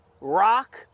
rock